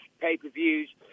pay-per-views